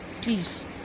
Please